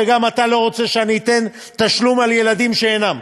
וגם אתה לא רוצה שאני אתן תשלום על ילדים שאינם.